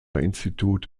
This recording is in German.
institut